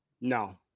No